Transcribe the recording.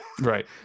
right